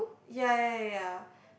ya ya ya ya